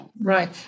Right